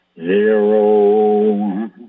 zero